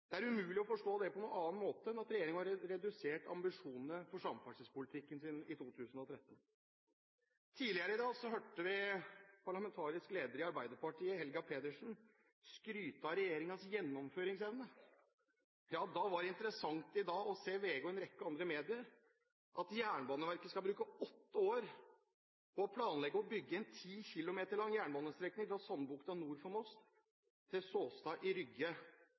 Det er umulig å forstå det på noen annen måte enn at regjeringen har redusert ambisjonene for samferdselspolitikken sin i 2013. Tidligere i dag hørte vi parlamentarisk leder i Arbeiderpartiet, Helga Pedersen, skryte av regjeringens gjennomføringsevne. Da var det interessant i dag å se i VG og en rekke andre medier at Jernbaneverket skal bruke åtte år på å planlegge og bygge en 10 km lang jernbanestrekning fra Sandbukta nord for Moss til Såstad i Rygge.